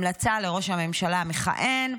המלצה לראש הממשלה המכהן,